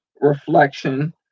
reflection